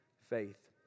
faith